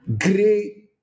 great